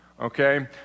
Okay